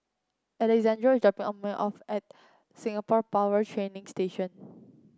Alexandro is dropping me off at Singapore Power Training Station